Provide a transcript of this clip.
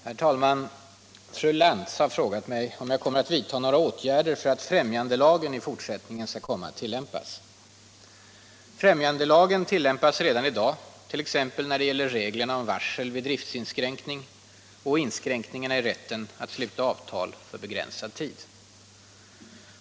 Herr talman! Fru Lantz har frågat mig om jag kommer att vidta några åtgärder för att främjandelagen i fortsättningen skall komma att tillämpas. Främjandelagen tillämpas redan i dag, t.ex. när det gäller reglerna om varsel vid driftsinskränkning samt inskränkningarna i rätten att sluta avtal för begränsad tid.